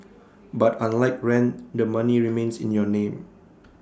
but unlike rent the money remains in your name